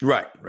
Right